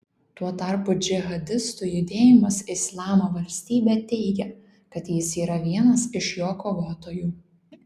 tuo tarpu džihadistų judėjimas islamo valstybė teigia kad jis yra vienas iš jo kovotojų